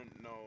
No